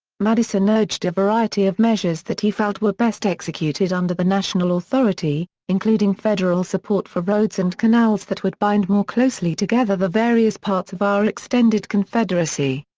madison urged a variety of measures that he felt were best executed under the national authority, including federal support for roads and canals that would bind more closely together the various parts of our extended confederacy.